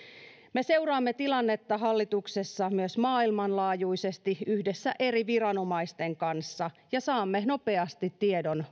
me seuraamme hallituksessa tilannetta myös maailmanlaajuisesti yhdessä eri viranomaisten kanssa ja saamme nopeasti tiedon